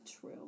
True